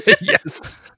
Yes